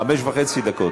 חמש וחצי דקות.